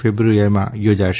ફેબ્રુઆરીમાં યોજાશે